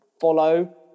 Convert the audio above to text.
follow